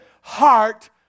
heart